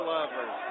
Lovers